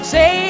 Say